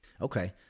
okay